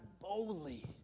boldly